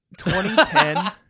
2010